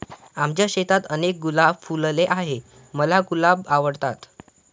आमच्या शेतात अनेक गुलाब फुलले आहे, मला गुलाब आवडतात